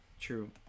true